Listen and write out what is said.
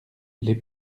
les